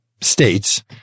states